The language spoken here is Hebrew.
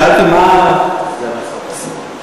שאלתי מה סגן השר מציע.